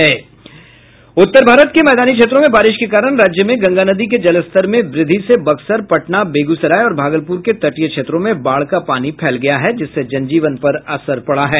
उत्तर भारत के मैदानी क्षेत्रों में बारिश के कारण राज्य में गंगा नदी के जलस्तर में वृद्धि से बक्सर पटना बेगूसराय और भागलपुर के तटीय क्षेत्रों में बाढ़ का पानी फैल गया है जिससे जनजीवन पर असर पड़ा है